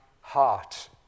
heart